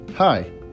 Hi